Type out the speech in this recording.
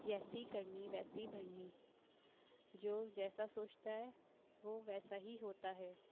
جیسی کرنی ویسی بھرنی جو جیسا سوچتا ہے وہ ویسا ہی ہوتا ہے